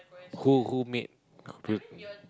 who who made